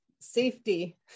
safety